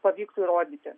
pavyktų įrodyti